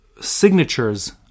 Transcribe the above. signatures